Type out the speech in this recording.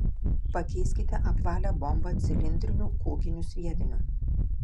pakeiskite apvalią bombą cilindriniu kūginiu sviediniu